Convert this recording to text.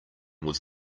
was